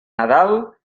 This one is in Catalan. nadal